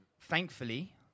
Thankfully